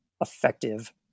effective